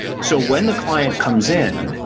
so, when the client comes in,